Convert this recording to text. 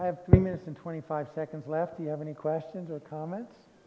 i have three minutes and twenty five seconds left you have any questions or comments